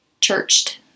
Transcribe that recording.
churched